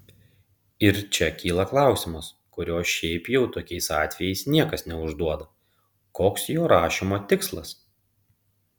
ir čia kyla klausimas kurio šiaip jau tokiais atvejais niekas neužduoda koks jo rašymo tikslas